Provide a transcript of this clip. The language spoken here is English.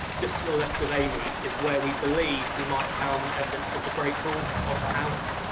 just to the left of amy is where we believe we might have found evidence of the great hall of the house.